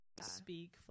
speak